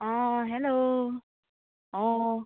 অ hello অ